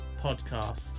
podcast